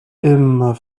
immer